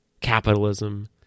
capitalism